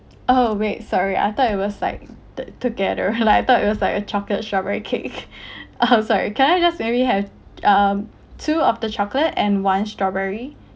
oh wait sorry I thought it was like the together like I thought it was like a chocolate strawberry cake oh sorry can I just maybe have um two of the chocolate and one strawberry